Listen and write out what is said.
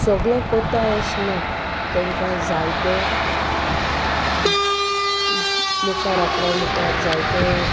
सोगलें कोताय ऐश ना तांकां जायते मुखार आपणा मुखार जायते